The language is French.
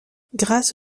grâce